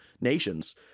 nations